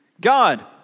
God